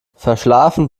verschlafen